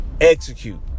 execute